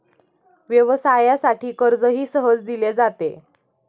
व्यवसायासाठी कर्जही सहज दिले जाते